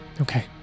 Okay